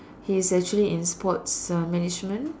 he is actually in sports uh management